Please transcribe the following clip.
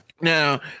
Now